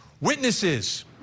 Witnesses